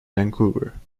vancouver